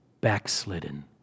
backslidden